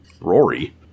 Rory